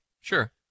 Sure